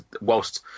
whilst